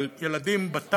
אבל ילדים בתווך